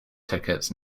tickets